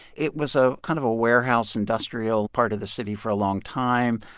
it was a kind of a warehouse industrial part of the city for a long time.